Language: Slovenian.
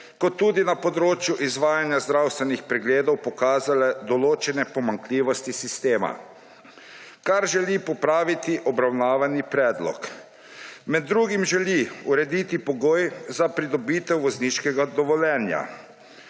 kot tudi na področju izvajanja zdravstvenih pregledov pokazal določene pomanjkljivosti sistema, kar želi popraviti obravnavani predlog. Med drugim želi urediti pogoj za pridobitev vozniškega dovoljenja.